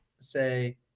say